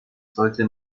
sollte